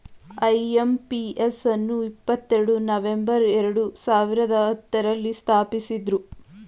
IMPS ಅನ್ನು ಇಪ್ಪತ್ತೆರಡು November ಎರಡು ಸಾವಿರದ ಹತ್ತುರಲ್ಲಿ ಸ್ಥಾಪಿಸಿದ್ದ್ರು